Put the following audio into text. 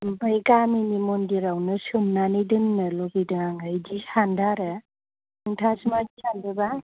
ओमफ्राय गामिनि मन्दिरावनो सोमनानै दोननो लुबैदों आङो बिदि सान्दों आरो नोंथाङासो माबायदि सान्दोंबा